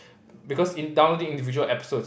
because in downloading individual episodes